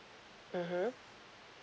mmhmm